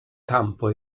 campo